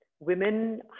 Women